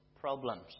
problems